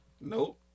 Nope